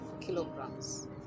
kilograms